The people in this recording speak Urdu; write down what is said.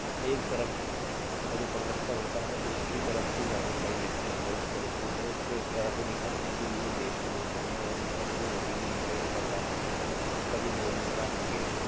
ایک طرف کا جو پروکتا ہوتا ہے اس کی طرف کی زیادہ سائڈ لیتے ہیں یہ لوگ اور دوسرے کو اس طرح سے دکھاتے ہیں کہ یہ دیش کا دشمن ہے اور اس کا تو کوئی وجود ہی نہیں ہے یہ سرکار میں اس کا کچھ بولنے کا حق ہی نہیں ہے